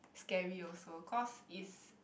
scary also cause if